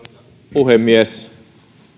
puhemies